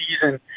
season